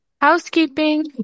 Housekeeping